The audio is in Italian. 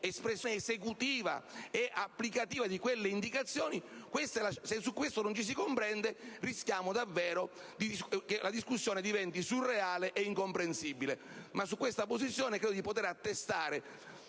espressione esecutiva ed applicativa di quelle indicazioni. Se su questo non ci si comprende, rischiamo davvero che la discussione diventi surreale ed incomprensibile. Su questa posizione credo di poter attestare,